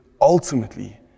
ultimately